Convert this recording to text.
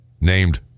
named